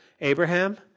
Abraham